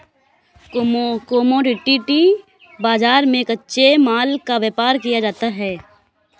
commodity बाजार में कच्चे माल का व्यापार किया जाता है